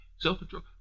Self-control